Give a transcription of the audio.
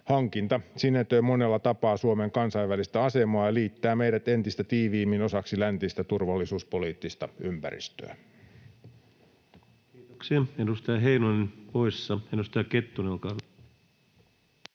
Hankinta sinetöi monella tapaa Suomen kansainvälistä asemaa ja liittää meidät entistä tiiviimmin osaksi läntistä turvallisuuspoliittista ympäristöä. Kiitoksia. — Edustaja Heinonen poissa. — Edustaja Kettunen, olkaa hyvä.